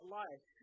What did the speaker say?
life